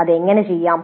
അത് എങ്ങനെ ചെയ്യാം